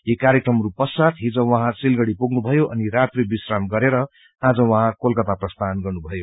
यी कार्यक्रमहरू पश्चात हिज उहाँ सिलगड़ी पुग्नुभयो अनि रात्रिा विराम गरेर आज उहाँ कोलकाता प्रस्थान गर्नुभयो